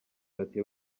ati